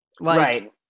Right